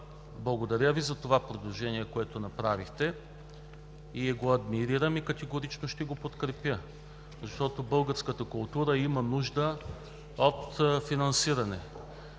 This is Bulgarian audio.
благодаря Ви за предложението, което направихте. Адмирирам го и категорично ще го подкрепя, защото българската култура има нужда от финансиране.